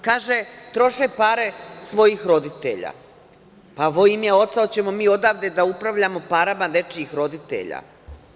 Kaže da troše pare svojih roditelja, pa vo imja Oca, hoćemo mi odavde da upravljamo parama nečijih roditelja?